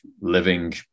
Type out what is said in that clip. living